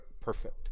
perfect